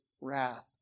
wrath